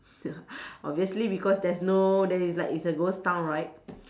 obviously because there's no there is like a ghost town right